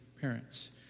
parents